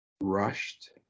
rushed